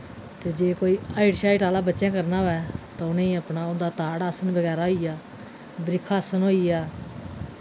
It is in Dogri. ते जे कोई हाइट शाइट आह्ला बच्चें करना होऐ तां उ'नें ई अपना होंदा ताड़ आसन वगैरा होई गेआ बरिख आसन होई गेआ